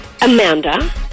Amanda